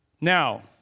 Now